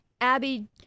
Abby